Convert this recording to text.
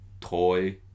toy